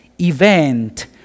event